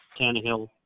Tannehill